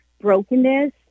brokenness